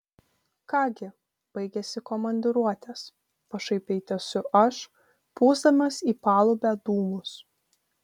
ką gi baigėsi komandiruotės pašaipiai tęsiu aš pūsdamas į palubę dūmus